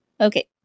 Okay